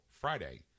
Friday